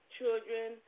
children